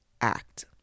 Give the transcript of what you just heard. act